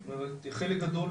את האמצעים אני מביא מהבית,